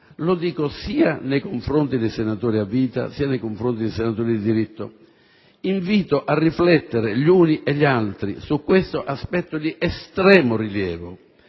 Lo dico sia nei confronti dei senatori a vita che nei confronti dei senatori di diritto e invito a riflettere gli uni e gli altri su questo aspetto di estremo rilievo.